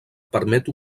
permet